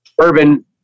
urban